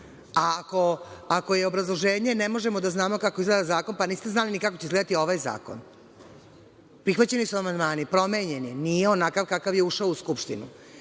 A, ako je obrazloženje – ne možemo da znamo kako izgleda zakon, pa niste znali kako će izgledati ni ovaj zakon. Prihvaćeni su amandmani, promenjen je, nije onakav kakav je ušao u Skupštinu. Na